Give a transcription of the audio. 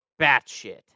batshit